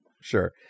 Sure